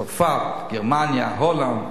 צרפת, גרמניה, הולנד,